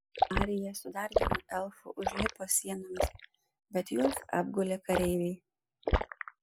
arija su dar vienu elfu užlipo sienomis bet juos apgulė kareiviai